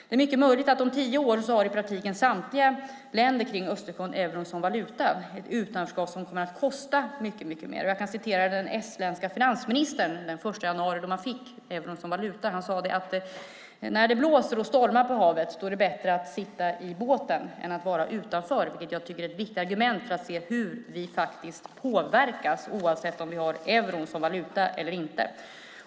Det är mycket möjligt att samtliga länder kring Östersjön om tio år i praktiken har euron som valuta. Det blir ett utanförskap som kommer att kosta mycket mer. Jag kan citera den estländska finansministern den 1 januari, när de fick euron som valuta. Han sade: När det blåser och stormar på havet är det bättre att sitta i båten än att vara utanför. Det tycker jag är ett viktigt argument för att se hur vi faktiskt påverkas, oavsett om vi har euron som valuta eller inte.